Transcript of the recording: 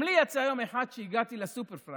גם לי יצא יום אחד שהגעתי לסופרפארם